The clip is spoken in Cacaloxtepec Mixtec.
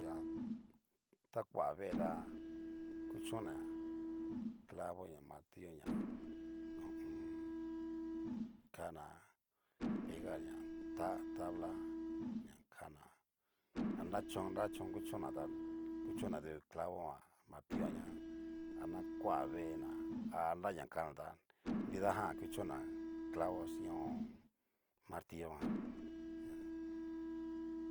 Dia ta kua vee tá, kuchon ná clavo ña martillo ña ho o on. kana pegar ñá ta tabla ña kana, arachón nra chón ngu chonna ta kuchon na du clavo ján, martillo jan ña ana koa vee na ria na kana tá, nridajan kuchon'na clabojan chín martillo ján ñajan.